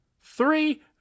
three